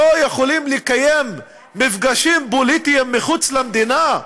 לא יכולים לקיים מפגשים בפוליטיים מחוץ למדינה?